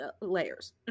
layers